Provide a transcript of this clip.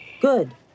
Good